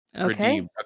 Okay